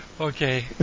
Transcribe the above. Okay